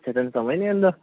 ਤੈਨੂ ਸਮਝ ਨਹੀਂ ਆਉਂਦਾ